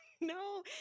No